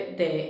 de